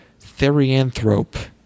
Therianthrope